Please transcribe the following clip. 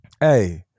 hey